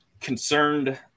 concerned